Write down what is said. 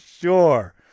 sure